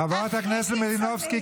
חברת הכנסת מלינובסקי,